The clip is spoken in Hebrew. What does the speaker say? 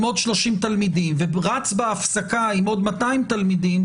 עוד 30 תלמידים ורץ בהפסקות עם עוד 200 תלמידים,